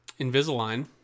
Invisalign